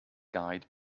guide